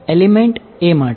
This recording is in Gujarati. એલિમેન્ટ a માટે